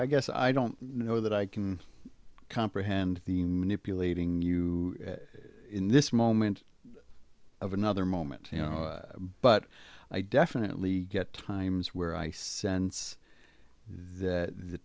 i guess i don't know that i can comprehend the manipulating you in this moment of another moment you know but i definitely get times where i sense that the